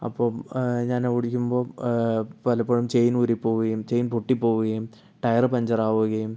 അപ്പം ഞാൻ ഓടിക്കുമ്പം പലപ്പോഴും ചെയിൻ ഊരിപ്പോവുകയും ചെയിൻ പൊട്ടിപ്പോവുകയും ടയറ് പഞ്ചറാവുകയും